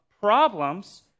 problems